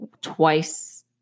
twice